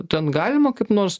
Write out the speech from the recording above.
ten galima kaip nors